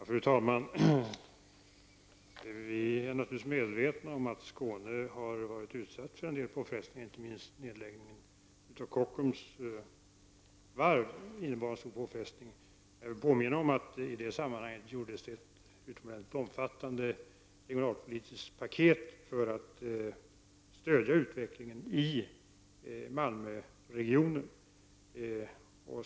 Fru talman! Vi är naturligtvis medvetna om att Skåne har utsatts för en del påfrestningar. Inte minst nedläggningen av Kockums varv har inneburit en påfrestning. Jag vill påminna om att det i det sammanhanget åstadkoms ett utomordentligt omfattande regionalpolitiskt paket för att stödja utvecklingen i Malmöregionen.